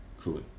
cool